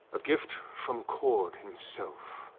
a gift from kord himself